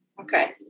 Okay